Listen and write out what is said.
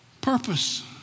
purpose